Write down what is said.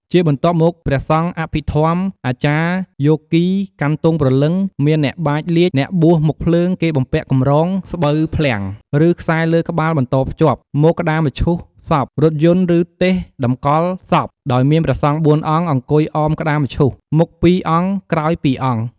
ជាបន្ទាប់មកព្រះសង្ឃអភិធម្ម អាចារ្យយោគី កាន់ទង់ព្រលឹង មានអ្នកបាចលាជ អ្នកបួសមុខភ្លើងគេបំពាក់កម្រង ស្បូវក្លាំង ឬខ្សែលើក្បាលបន្តភ្ជាប់ មកក្តាមឈូសសព រថយន្ត ឬទេសតំកល់សព ដោយមានព្រះសង្ឃបួនអង្គ អង្គុយអមក្តាមឈូស មុខពីរអង្គក្រោយពីរអង្គ។